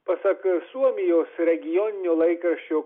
pasak suomijos regioninio laikraščio